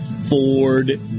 Ford